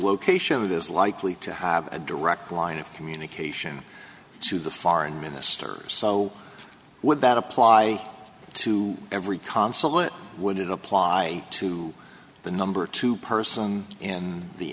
location that is likely to have a direct line of communication to the foreign minister so would that apply to every consulate would it apply to the number two person in the